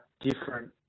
different